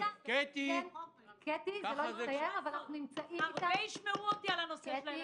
הרבה ישמעו אותי בנושא.